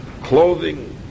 clothing